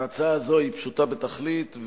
ההצעה הזאת פשוטה בתכלית,